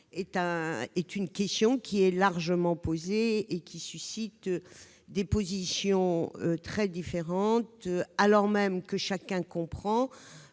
transport est largement posée et suscite des positions très différentes alors même que chacun comprend